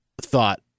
thought